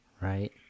Right